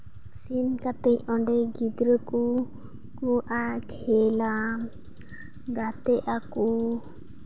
ᱥᱮᱱ ᱠᱟᱛᱮᱫ ᱚᱸᱰᱮ ᱜᱤᱫᱽᱨᱟᱹ ᱠᱚ ᱠᱩᱜᱼᱟ ᱠᱷᱮᱞᱼᱟ ᱜᱟᱛᱮᱜ ᱟᱠᱚ